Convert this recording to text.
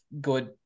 good